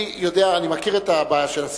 אני מכיר את הבעיה של הסכסוך.